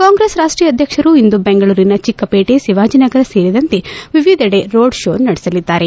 ಕಾಂಗ್ರೆಸ್ ರಾಷ್ಷೀಯ ಅಧ್ಯಕ್ಷರು ಇಂದು ಬೆಂಗಳೂರಿನ ಚಿಕ್ಕಪೇಟೆ ಶಿವಾಜಿನಗರ ಸೇರಿದಂತೆ ವಿವಿಧೆಡೆ ರೋಡ್ ಷೋ ನಡೆಸಲಿದ್ದಾರೆ